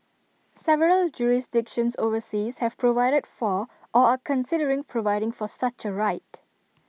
several jurisdictions overseas have provided for or are considering providing for such A right